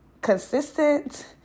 consistent